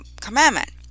commandment